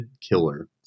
killer